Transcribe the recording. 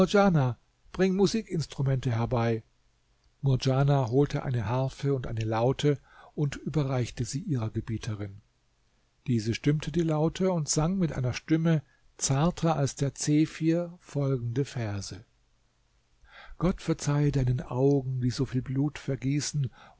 bring musikinstrumente herbei murdjana holte eine harfe und eine laute und überreichte sie ihrer gebieterin diese stimmte die laute und sang mit einer stimme zarter als der zephyr folgende verse gott verzeihe deinen augen die so viel blut vergießen